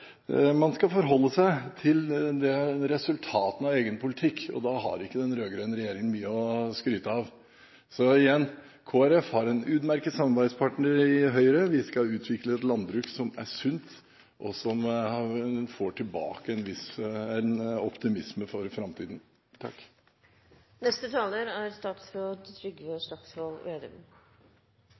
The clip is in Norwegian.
man skal forholde seg til resultatene av egen politikk, og da har ikke den rød-grønne regjeringen mye å skryte av. Igjen: Kristelig Folkeparti har en utmerket samarbeidspartner i Høyre. Vi skal utvikle et landbruk som er sunt, og som får tilbake en optimisme for framtiden. Det er